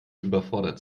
überfordert